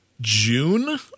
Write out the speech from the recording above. June